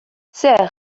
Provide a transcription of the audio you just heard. zer